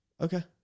Okay